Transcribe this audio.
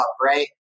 right